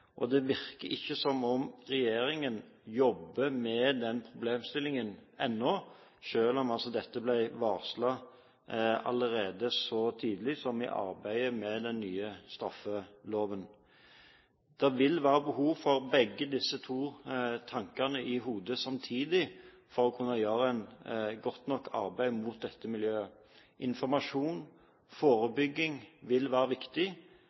og det virker ikke som om regjeringen jobber med den problemstillingen ennå, selv om dette ble varslet allerede så tidlig som i arbeidet med den nye straffeloven. Det vil være behov for å ha begge disse tankene i hodet samtidig for å kunne gjøre et godt nok arbeid overfor dette miljøet. Informasjon og forebygging er og vil være viktig,